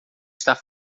estar